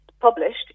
published